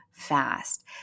Fast